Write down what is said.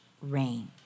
rain